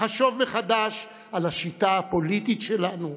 לחשוב מחדש על השיטה הפוליטית שלנו,